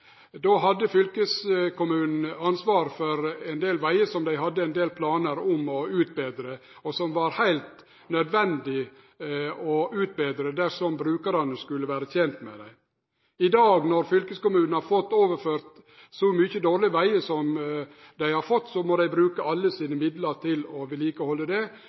Då hadde fylkeskommunen ansvaret for ein del vegar som dei hadde ein del planar om å utbetre, og som var heilt nødvendige å utbetre dersom brukarane skulle vere tente med dei. I dag, når fylkeskommunen har fått overført så mange dårlege vegar som dei har fått, må dei bruke alle sine midlar til å vedlikehalde